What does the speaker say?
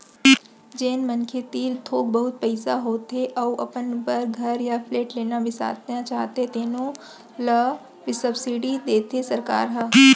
जेन मनखे तीर थोक बहुत पइसा होथे अउ अपन बर घर य फ्लेट बिसाना चाहथे तेनो ल सब्सिडी देथे सरकार ह